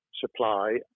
supply